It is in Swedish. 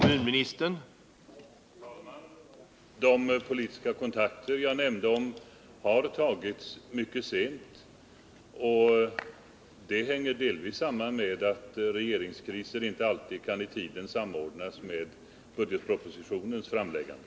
Herr talman! De politiska kontakter jag nämnde har tagits mycket sent, och det sammanhänger delvis med att regeringsbyten inte alltid i tiden kan samordnas med budgetpropositionens framläggande.